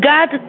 God